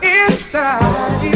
inside